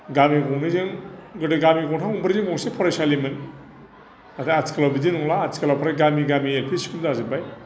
गामि गंनैजों जेरै गामि गंथाम गंब्रैजों गंसे फरायसालिमोन नाथाय आथिखालाव बिदि नंला आथिखालाव फ्राय गामि गामि एल पि स्कुल जाजोबबाय